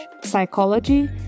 psychology